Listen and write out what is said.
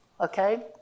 Okay